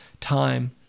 time